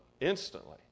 Instantly